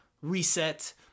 reset